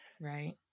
Right